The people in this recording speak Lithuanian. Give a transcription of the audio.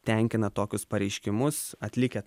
tenkina tokius pareiškimus atlikę